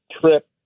trip